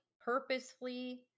purposefully-